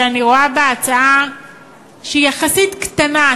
שאני רואה בה הצעה שהיא יחסית קטנה,